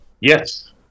yes